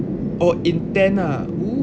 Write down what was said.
oh intend ah !woo!